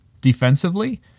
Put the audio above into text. defensively